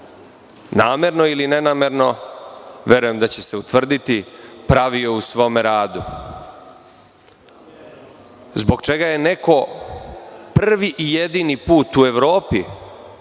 namerno ili nenamerno, verujem da će se utvrditi, pravio u svom radu, zbog čega je neko prvi put u Evropi